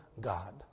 God